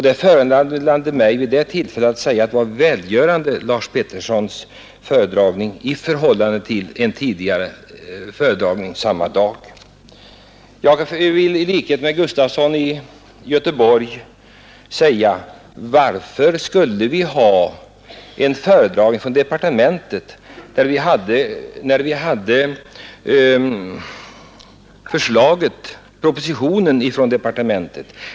Det föranledde mig vid det tillfället att säga att Lars Petersons föredragning var välgörande i förhållande till en tidigare föredragning samma dag. Jag vill i likhet med herr Gustafson i Göteborg fråga: Varför skulle vi ha en föredragning ifrån departementet, när propositionen från departementet behandlades.